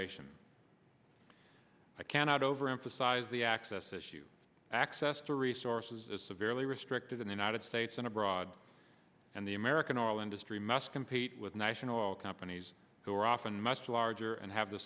devaluation i cannot overemphasize the access issue access to resources is severely restricted in the united states and abroad and the american oil industry must compete with national companies who are often much larger and have the